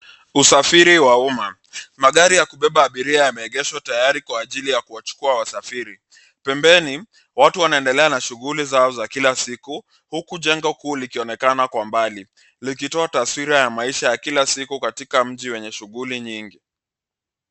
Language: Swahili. Usafiri wa uma. Magari ya kubeba abiria yameegeshwa tayari kwa ajili ya kuwachukua wasafiri. Pembeni, watu wanaendelea na shughuli zao za kila siku, huku jengo kuu lilionekana kwa mbali, likitoa taswira ya maisha ya kila siku katika mji wenye shughuli nyingi.